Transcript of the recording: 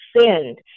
send